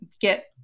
get